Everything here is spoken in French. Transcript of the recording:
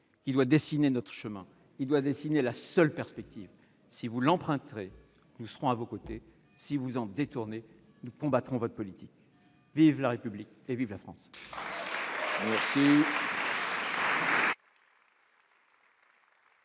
qui doit dessiner notre chemin, qui doit être notre seule perspective. Si vous empruntez ce chemin, nous serons à vos côtés ; si vous vous en détournez, nous combattrons votre politique. Vive la République et vive la France